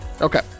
Okay